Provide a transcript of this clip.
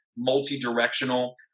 multi-directional